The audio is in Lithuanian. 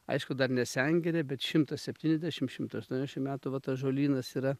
aišku dar ne sengirė bet šimtas septyniasdešim šimto aštuoniasdešimt metų vat ąžuolynas yra